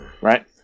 right